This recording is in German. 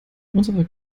unserer